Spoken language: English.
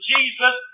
Jesus